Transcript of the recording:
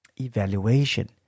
Evaluation